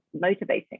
motivating